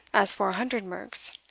as four hundred merks.